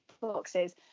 boxes